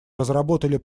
разработали